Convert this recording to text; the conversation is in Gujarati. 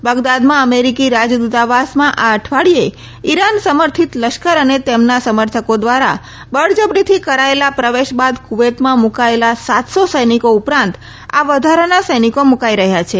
બગદાદમાં અમેરીકી રાજદુતવાસમાં આ અઠવાડીયે ઇરાન સમર્થિત લશ્કર અને તેમના સમર્થકો ધ્વારા બળજબરીથી કરાયેલા પ્રવેશ બાદ કુવેતમાં મુકાયેલા સાતસો સૈનિકો ઉપરાંત આ વધારાના સૈનિકો મુકાઇ રહયાં છે